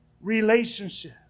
relationship